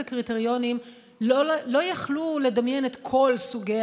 הקריטריונים לא יכלו לדמיין את כל סוגי